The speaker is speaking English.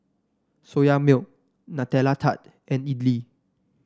Soya Milk Nutella Tart and idly